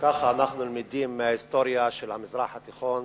כך אנחנו למדים מההיסטוריה של המזרח התיכון